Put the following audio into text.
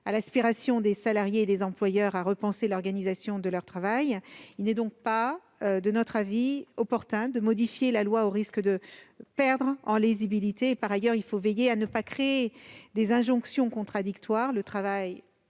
à l'aspiration des salariés et des employeurs à repenser l'organisation de leur travail. Il n'est donc pas, à notre avis, opportun de modifier la loi au risque de perdre en lisibilité. Par ailleurs, il faut veiller à ne pas créer des injonctions contradictoires